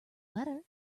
letter